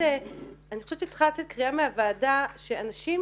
אני חושבת שצריכה לצאת קריאה מהוועדה שאנשים